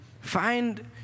find